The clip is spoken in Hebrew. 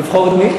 הגשתי בקשה ליועץ